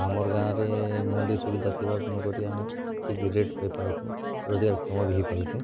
ଆମର୍ ଗାଁରେ ମଣ୍ଡି ସୁବିଧା ଥିବାର୍ନୁ କରି ଆମେ ଠିକ୍ ରେଟ୍ ପାଇପାରୁଚୁଁ ରୋଜଗାରକ୍ଷମ ବି ହେଇପାରିଚୁଁ